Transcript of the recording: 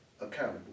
accountable